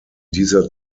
dieser